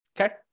okay